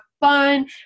fun